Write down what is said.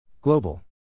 Global